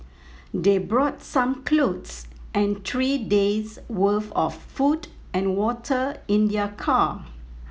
they brought some clothes and three days' worth of food and water in their car